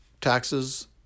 taxes